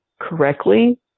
correctly